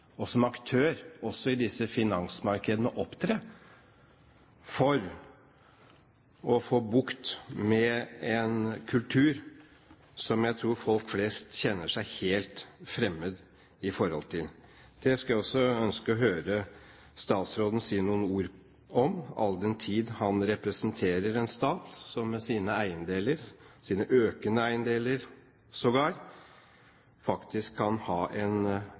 og som aktør også i disse finansmarkedene vil opptre for å få bukt med en kultur som jeg tror folk flest kjenner seg helt fremmed for. Det skulle jeg også ønske å høre statsråden si noen ord om, all den tid han representerer en stat som med sine eiendeler – sine økende eiendeler sågar – faktisk kan ha en